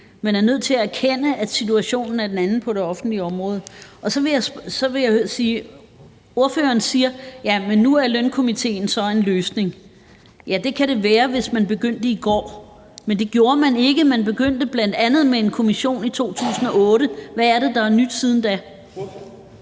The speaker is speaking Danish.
Man er nødt til at erkende, at situationen er en anden på det offentlige område. Ordføreren siger: Jamen nu er lønstrukturkomitéen så en løsning. Så vil jeg sige: Ja, det kunne den være, hvis man begyndte i går, men det gjorde man ikke. Man begyndte bl.a. med en kommission i 2008. Hvad er det, der er nyt siden da?